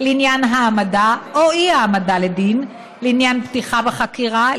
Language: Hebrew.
לעניין העמדה או אי-העמדה לדין לעניין פתיחה בחקירה,